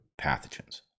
pathogens